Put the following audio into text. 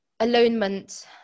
alonement